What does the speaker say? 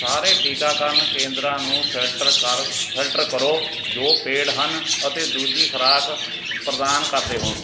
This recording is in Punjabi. ਸਾਰੇ ਟੀਕਾਕਰਨ ਕੇਂਦਰਾਂ ਨੂੰ ਫਿਲਟਰ ਕਰ ਫਿਲਟਰ ਕਰੋ ਜੋ ਪੇਡ ਹਨ ਅਤੇ ਦੂਜੀ ਖੁਰਾਕ ਪ੍ਰਦਾਨ ਕਰਦੇ ਹੋਣ